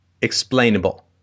explainable